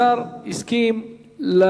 השר הסכים לוועדה.